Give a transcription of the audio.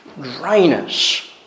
dryness